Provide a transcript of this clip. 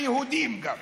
בעזרת היהודים גם.